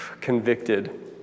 convicted